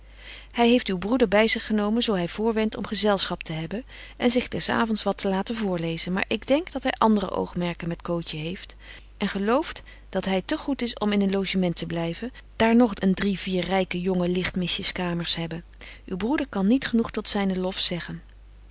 hy heeft uw broeder by zich genomen zo hy voorwendt om gezelschap te hebben en betje wolff en aagje deken historie van mejuffrouw sara burgerhart zich des avonds wat te laten voorlezen maar ik denk dat hy andre oogmerken met cootje heeft en gelooft dat hy te goed is om in een logement te blyven daar nog een drie vier ryke jonge ligtmisjes kamers hebben uw broeder kan niet genoeg tot zynen lof